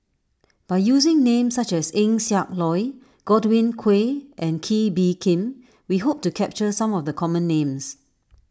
by using names such as Eng Siak Loy Godwin Koay and Kee Bee Khim we hope to capture some of the common names